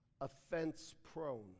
offense-prone